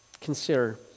consider